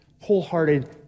wholehearted